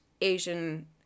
Asian